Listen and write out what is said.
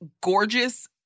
gorgeous